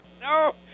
no